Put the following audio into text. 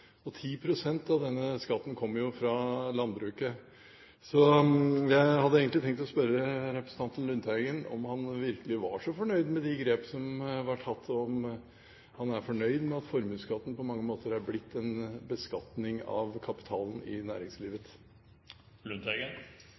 10 pst. av denne skatten kommer jo fra landbruket. Så jeg hadde egentlig tenkt å spørre representanten Lundteigen om han virkelig var så fornøyd med de grep som var tatt, og om han er fornøyd med at formuesskatten på mange måter er blitt en beskatning av kapitalen i næringslivet.